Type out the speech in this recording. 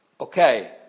Okay